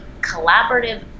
collaborative